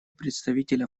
представителя